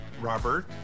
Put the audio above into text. Robert